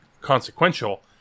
consequential